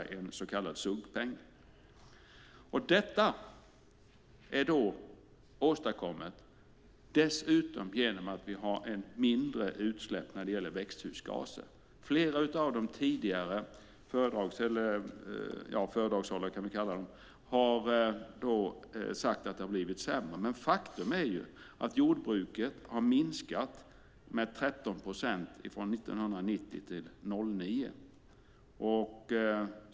Dessutom har vi mindre utsläpp av växthusgaser. Flera av de tidigare föredragshållarna - vi kan kalla dem så - har sagt att det har blivit sämre. Men faktum är att jordbruket har minskat med 13 procent från 1990 till 2009.